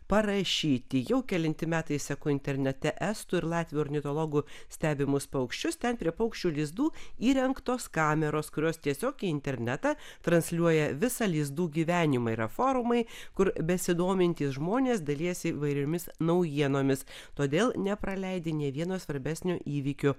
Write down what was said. parašyti jau kelinti metai seku internete estų ir latvių ornitologų stebimus paukščius ten prie paukščių lizdų įrengtos kameros kurios tiesiog į internetą transliuoja visą lizdų gyvenimą yra forumai kur besidomintys žmonės dalijasi įvairiomis naujienomis todėl nepraleidi nė vieno svarbesnio įvykio